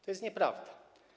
To jest nieprawda.